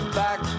back